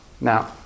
Now